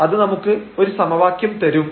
അത് നമുക്ക് ഒരു സമവാക്യം തരും